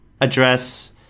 address